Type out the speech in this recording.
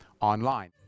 online